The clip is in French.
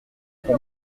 pour